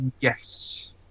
Yes